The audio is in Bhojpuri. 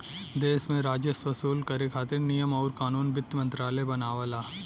देश में राजस्व वसूल करे खातिर नियम आउर कानून वित्त मंत्रालय बनावला